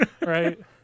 Right